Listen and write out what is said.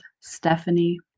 Stephanie